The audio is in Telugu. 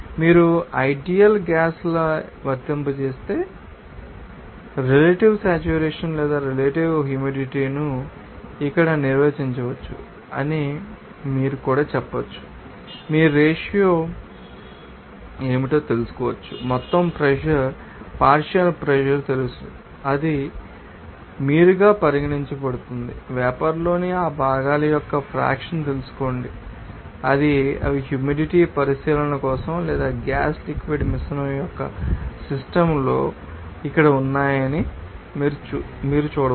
మీరు ఐడీఎల్ గ్యాస్ లా వర్తింపజేస్తే రెలెటివ్ సేట్యురేషన్ లేదా రెలెటివ్ హ్యూమిడిటీ ను ఇక్కడ నిర్వచించవచ్చు అని మీరు కూడా చెప్పవచ్చు మీ రేషియో ఏమిటో తెలుసుకోవచ్చు మొత్తం ప్రెషర్ పార్షియల్ ప్రెషర్ తెలుసు అది మీరుగా పరిగణించబడుతుంది వేపర్ లోని ఆ భాగాల మోల్ ఫ్రాక్షన్ తెలుసుకోండి లేదా అవి హ్యూమిడిటీ పరిశీలన కోసం లేదా గ్యాస్ లిక్విడ్ మిశ్రమం యొక్క సిస్టమ్ లో ఇక్కడ ఉన్నాయని మీరు చూడవచ్చు